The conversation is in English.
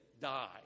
die